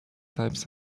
types